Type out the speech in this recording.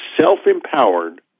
self-empowered